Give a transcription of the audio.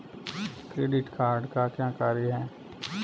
Credit card का क्या कार्य है?